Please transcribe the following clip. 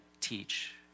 teach